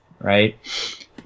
right